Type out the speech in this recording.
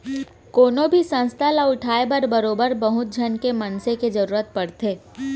कोनो भी संस्था ल उठाय बर बरोबर बहुत झन मनसे के जरुरत पड़थे